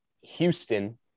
Houston